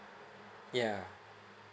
yeah